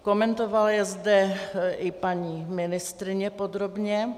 Komentovala je zde i paní ministryně podrobně.